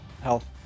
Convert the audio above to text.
health